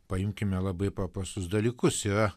paimkime labai paprastus dalykus yra